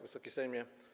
Wysoki Sejmie!